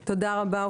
תודה רבה,